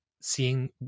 seeing